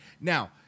Now